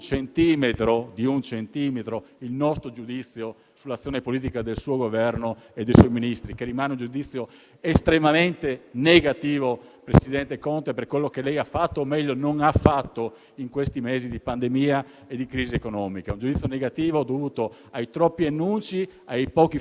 estremamente negativo per quello che lei ha fatto - o, meglio, non ha fatto - nei mesi di pandemia e crisi economica. È un giudizio negativo dovuto ai troppi annunci, ai pochi fatti, agli scarsi risultati e alle troppe passerelle che ci giustificano nell'atteggiamento molto prudente rispetto